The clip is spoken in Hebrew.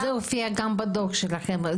זה הופיע גם בדוח שלכם.